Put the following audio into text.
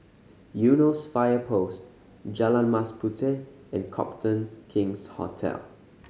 Eunos Fire Post Jalan Mas Puteh and Copthorne King's Hotel